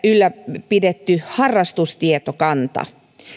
ylläpidetty harrastustietokanta